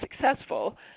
successful